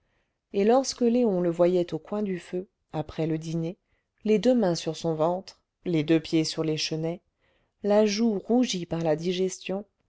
et lorsque léon le voyait au coin du feu après le dîner les deux mains sur son ventre les deux pieds sur les chenets la joue rougie par la digestion